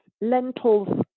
lentils